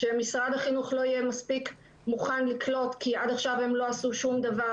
שמשרד החינוך לא יהיה מספיק מוכן לקלוט כי עד עכשיו הם לא עשו שום דבר.